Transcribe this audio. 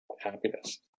happiness